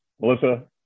Melissa